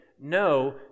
No